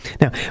Now